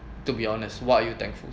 to be honest what are you thankful